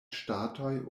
ŝtatoj